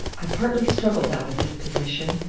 i partly struggled out of this position,